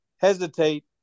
hesitate